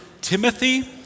Timothy